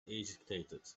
agitated